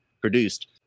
produced